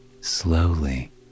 Slowly